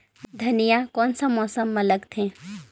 धनिया कोन सा मौसम मां लगथे?